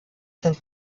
sind